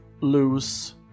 lose